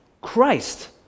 Christ